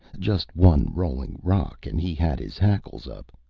just one rolling rock and he had his hackles up.